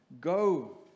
Go